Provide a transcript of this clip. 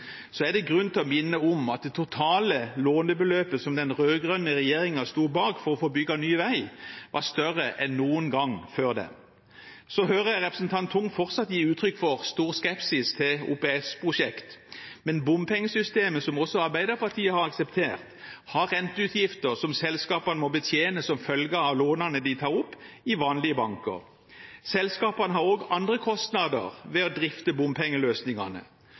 er det grunn til å minne om at det totale lånebeløpet som den rød-grønne regjeringen sto bak for å få bygd ny vei, var større enn noen gang før. Så hører jeg representanten Tung fortsatt gi uttrykk for stor skepsis til OPS-prosjekter. Men bompengesystemet, som også Arbeiderpartiet har akseptert, har renteutgifter som selskapene må betjene som følge av lånene de tar opp i vanlige banker. Selskapene har også andre kostnader ved å drifte bompengeløsningene.